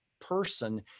person